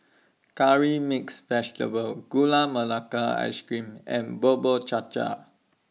Curry Mixed Vegetable Gula Melaka Ice Cream and Bubur Cha Cha